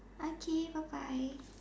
I T bye bye